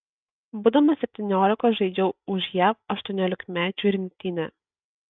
būdamas septyniolikos žaidžiau už jav aštuoniolikmečių rinktinę